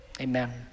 Amen